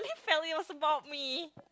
felt it was about me